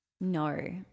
No